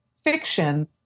fiction